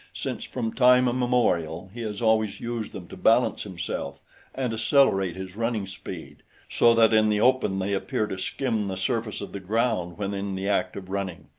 since from time immemorial he has always used them to balance himself and accelerate his running speed so that in the open they appear to skim the surface of the ground when in the act of running.